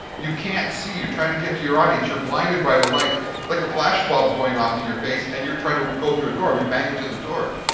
you can't see, you're trying to get to your audience, you're blinded by the light like a flashbulb going off in your face and you're trying to go through a door, you bang into the door.